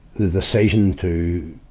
the decision to,